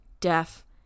deaf